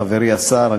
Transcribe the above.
חברי השר,